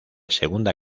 segunda